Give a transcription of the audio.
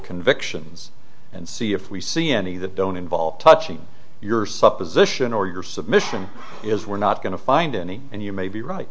convictions and see if we see any that don't involve touching your supposition or your submission is we're not going to find any and you may be right